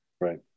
Right